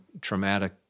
traumatic